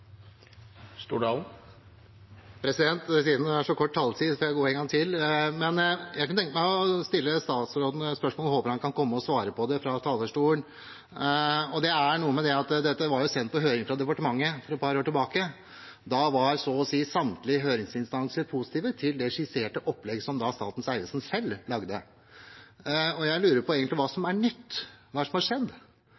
så kort taletid får jeg gå en gang til. Jeg kunne tenke meg å stille statsråden et spørsmål og håper han kan komme og svare på det fra talerstolen. Det er noe med det at dette var sendt på høring fra departementet for et par år siden. Da var så å si samtlige høringsinstanser positive til det skisserte opplegget som Statens vegvesen selv lagde. Jeg lurer egentlig på hva som er nytt, hva det er som